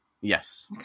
Yes